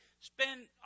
spend